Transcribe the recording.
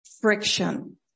friction